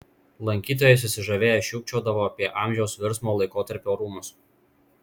lankytojai susižavėję šūkčiodavo apie amžiaus virsmo laikotarpio rūmus